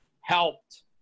helped